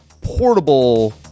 portable